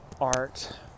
art